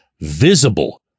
visible